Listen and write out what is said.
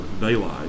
daylight